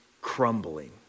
crumbling